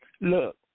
Look